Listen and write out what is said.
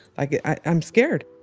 like, i'm scared.